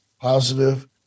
positive